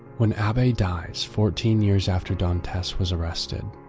when abbe dies, fourteen years after dantes was arrested,